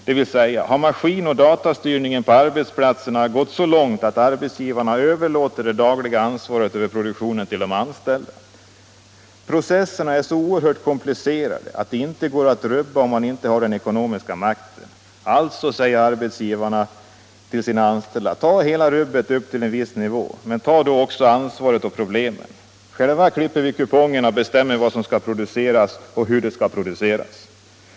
Det vill säga: har maskinoch datastyrningen på arbetsplatserna gått så långt att arbetsgivarna överlåter det dagliga ansvaret över produktionen till de anställda? Processerna är så oerhört komplicerade att de inte går att rubba om man inte har den ekonomiska makten. Alltså, säger arbetsgivarna till sina anställda, ta hela rubbet upp till en viss nivå, men ta då också ansvaret och problemen. Själva klipper vi kupongerna och bestämmer vad som ska produceras och hur det ska produceras.